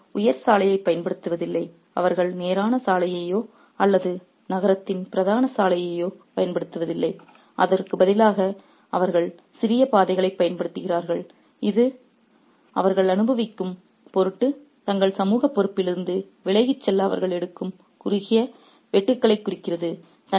அவர்கள் உயர் சாலையைப் பயன்படுத்துவதில்லை அவர்கள் நேரான சாலையையோ அல்லது நகரத்தின் பிரதான சாலையையோ பயன்படுத்துவதில்லை அதற்கு பதிலாக அவர்கள் சிறிய பாதைகளைப் பயன்படுத்துகிறார்கள் இது அவர்கள் அனுபவிக்கும் பொருட்டு தங்கள் சமூகப் பொறுப்பிலிருந்து விலகிச் செல்ல அவர்கள் எடுக்கும் குறுகிய வெட்டுக்களைக் குறிக்கிறது